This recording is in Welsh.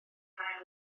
hail